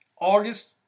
August